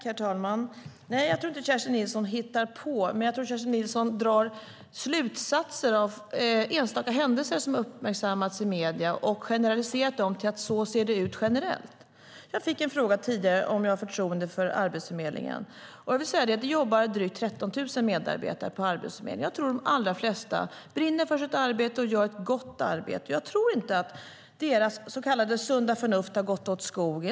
Herr talman! Jag tror inte att Kerstin Nilsson hittar på, men jag tror att hon drar slutsatser av enstaka händelser som uppmärksammats i medierna och sedan generaliserat dem till att det ser ut så generellt. Jag fick en fråga tidigare om jag har förtroende för Arbetsförmedlingen. Jag vill säga att där jobbar drygt 13 000 medarbetare, och jag tror att de allra flesta brinner för sitt arbete och även gör ett gott arbete. Jag tror inte att deras så kallade sunda förnuft har gått åt skogen.